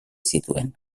zituen